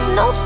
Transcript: no